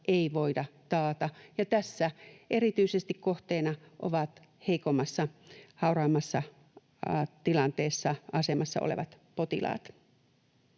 ei voida taata. Ja tässä erityisesti kohteena ovat heikommassa, hauraammassa tilanteessa, asemassa olevat potilaat.